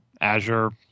Azure